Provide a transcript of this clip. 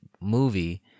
movie